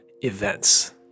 Events